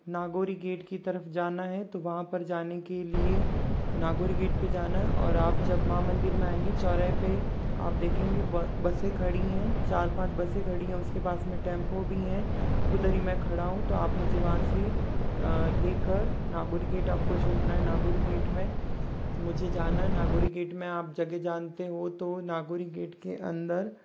Nagori gate की तरफ जाना है तो वहाँ पर जाने के लिए नागोरी गेट पर जाना है और आप जब महा मंदिर में आएंगे चौराहे पे आप देखेंगे बसें खड़ी हैं चार पाँच बसें खड़ी हैं उसके पास में टेम्पो भी हैं उधर ही मैं खड़ा हूँ तो आप मुझे वहाँ से लेकर नागोरी गेट आप को छोड़ना है नागोरी गेट में मुझे जाना है नागोरी गेट में आप जगह जानते हो तो नागोरी गेट के अंदर